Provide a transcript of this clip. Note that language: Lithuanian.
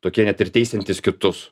tokie net ir teisiantys kitus